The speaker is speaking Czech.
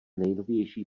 nejnovější